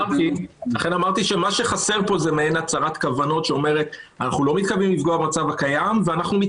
לכן אמרתי שמה שחסר פה זה מעין הצהרת כוונות שאומרת: אנחנו לא